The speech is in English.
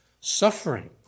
suffering